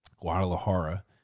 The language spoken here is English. Guadalajara